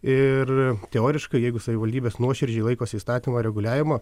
ir teoriškai jeigu savivaldybės nuoširdžiai laikosi įstatymo reguliavimo